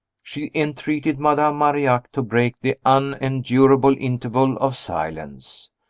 she entreated madame marillac to break the unendurable interval of silence.